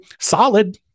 solid